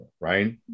right